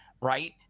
right